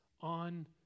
on